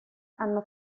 hanno